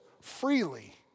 freely